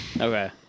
Okay